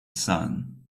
sun